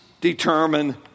determine